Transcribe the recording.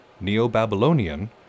Neo-Babylonian